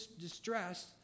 distressed